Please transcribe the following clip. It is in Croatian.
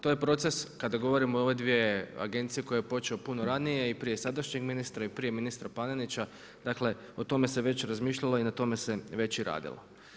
To je proces kada govorimo o ove dvije agencije koji je počeo puno ranije i prije sadašnjeg ministra i prije ministra Panenića, dakle o tome se već razmišljalo i na tome se već i radilo.